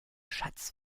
schatz